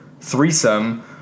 threesome